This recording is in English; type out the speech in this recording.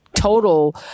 total